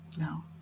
No